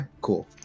cool